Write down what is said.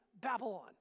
Babylon